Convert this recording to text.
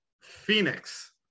Phoenix